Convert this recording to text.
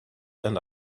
and